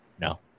no